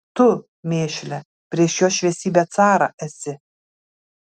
tu mėšle prieš jo šviesybę carą esi